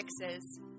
fixes